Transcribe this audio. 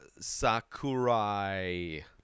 Sakurai